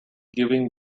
giving